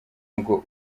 ngo